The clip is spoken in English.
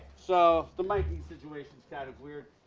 so the mic-ing situation's kind of weird,